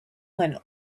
when